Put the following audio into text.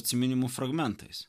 atsiminimų fragmentais